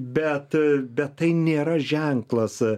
bet bet tai nėra ženklas